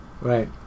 Right